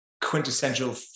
quintessential